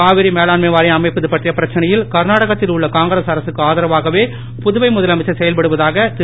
காவிரி மேலாண்மை வாரியம் அமைப்பது பற்றிய பிரச்னையில் கர்நாடகத்தில் உள்ள காங்கிரஸ் அரகக்கு ஆதரவாகவே புதுவை முதலமைச்சர் செயல்படுவதாக திரு